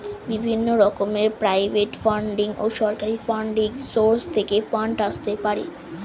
বিভিন্ন রকমের private funding ও সরকারি ফান্ডিং সোর্স থেকে ফান্ড আসতে পারে